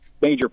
major